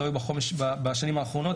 שלא היו בשנים האחרונות,